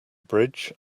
bridge